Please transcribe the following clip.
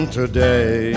today